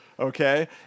okay